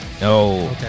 No